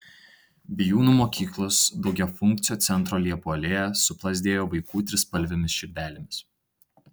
bijūnų mokyklos daugiafunkcio centro liepų alėja suplazdėjo vaikų trispalvėmis širdelėmis